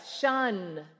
shun